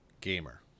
gamer